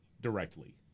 directly